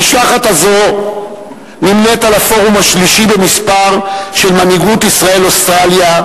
המשלחת הזאת נמנית עם הפורום השלישי במספר של מנהיגות ישראל אוסטרליה,